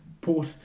port